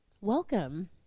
welcome